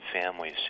families